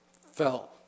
fell